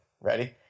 Ready